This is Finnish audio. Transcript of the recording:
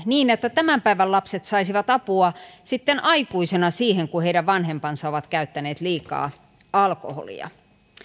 niin että tämän päivän lapset saisivat apua sitten aikuisina siihen kun heidän vanhempansa ovat käyttäneet liikaa alkoholia